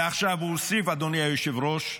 ועכשיו הוא הוסיף, אדוני היושב-ראש,